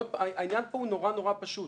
העניין פה הוא נורא פשוט.